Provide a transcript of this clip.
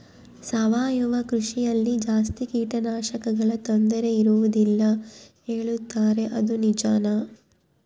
ಸಾವಯವ ಕೃಷಿಯಲ್ಲಿ ಜಾಸ್ತಿ ಕೇಟನಾಶಕಗಳ ತೊಂದರೆ ಇರುವದಿಲ್ಲ ಹೇಳುತ್ತಾರೆ ಅದು ನಿಜಾನಾ?